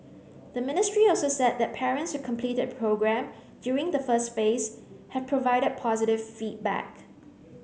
the ministry also said that parents who completed programme during the first phase have provided positive feedback